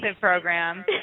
program